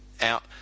Out